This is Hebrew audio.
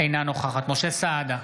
אינה נוכחת משה סעדה,